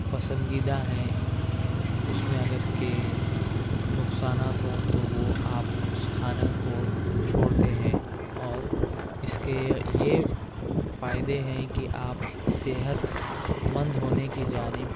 پسندیدہ ہیں اس میں اگر کہ نقصانات ہوں تو وہ آپ اس کھانے کو چھوڑتے ہیں اور اس کے یہ یہ فائدے ہیں کہ آپ صحت مند ہونے کی جانب